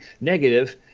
negative